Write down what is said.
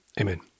Amen